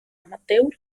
amateur